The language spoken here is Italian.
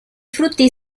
frutti